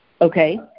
Okay